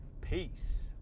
Peace